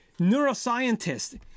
neuroscientist